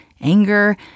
anger